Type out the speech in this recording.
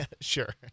sure